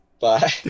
Bye